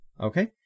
Okay